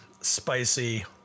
spicy